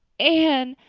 anne!